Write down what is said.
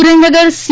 Surendranagar C